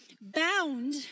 bound